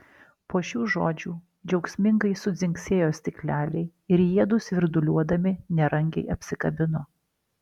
po šių žodžių džiaugsmingai sudzingsėjo stikleliai ir jiedu svirduliuodami nerangiai apsikabino